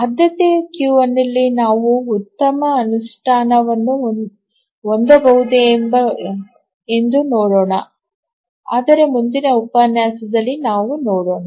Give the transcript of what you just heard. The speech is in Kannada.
ಆದ್ಯತೆಯ ಕ್ಯೂನಲ್ಲಿ ನಾವು ಉತ್ತಮ ಅನುಷ್ಠಾನವನ್ನು ಹೊಂದಬಹುದೇ ಎಂದು ನೋಡೋಣ ಆದರೆ ಮುಂದಿನ ಉಪನ್ಯಾಸದಲ್ಲಿ ನಾವು ನೋಡೋಣ